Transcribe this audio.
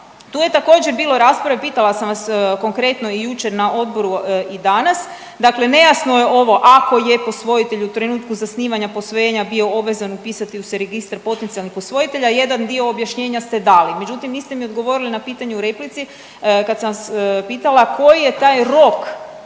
tu je također bilo rasprave, pitala sam vas konkretno i jučer na odboru i danas, dakle nejasno je ovo, ako je posvojitelj u trenutku zasnivanja posvojenja bio obvezan upisati se u registar potencijalnih posvojitelja, jedan dio objašnjenja ste dali, međutim niste mi odgovorili na pitanje u replici kad sam vas pitala koji je taj rok